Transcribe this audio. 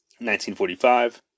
1945